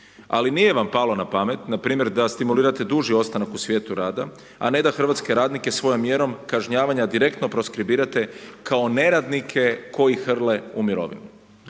ali nije vam palo na pamet npr. da stimulirate duži ostanak u svijetu rada a ne da hrvatske radnike svojom mjerom kažnjavanja direktno proskribirate kao neradnike koji hrle u mirovinu.